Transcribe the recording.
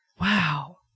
Wow